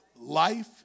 life